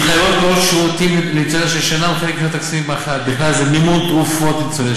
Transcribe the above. ההתחייבויות כוללות שירותים לניצולי